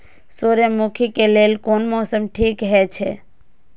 सूर्यमुखी के लेल कोन मौसम ठीक हे छे?